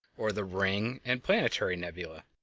or the ring' and planetary' nebulae.